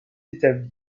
établi